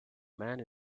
man